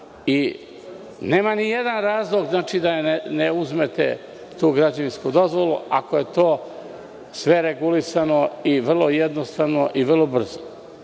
i nema ni jedan razlog da ne uzmete građevinsku dozvolu, ako je to sve regulisano i vrlo jednostavno, i vrlo brzo.